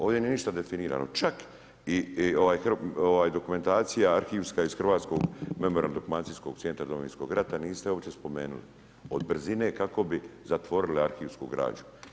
Ovdje nije ništa definirano, čak i dokumentacija, arhivska, iz hrvatskog memorijskog dokumentacijskog centra Domovinskog rata, niste uopće spomenuli, od brzine kako bi zatvorili arhivsku građu.